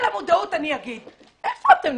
מצטערת,